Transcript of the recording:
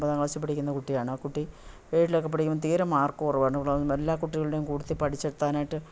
ഒമ്പതാം ക്ലാസിൽ പഠിക്കുന്ന കുട്ടിയാണ് ആ കുട്ടി ഏഴിലൊക്കെ പഠിക്കുമ്പം തീരെ മാർക്ക് കുറവാണ് എല്ലാ കുട്ടികളുടെയും കൂട്ടത്തിൽ പഠിച്ചു എത്താനായിട്ട്